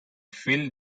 phil